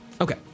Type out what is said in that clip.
Okay